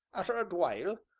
arter a while,